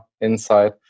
inside